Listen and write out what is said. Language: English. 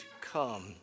come